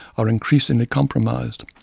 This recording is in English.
are increasingly compromised.